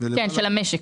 של המשק.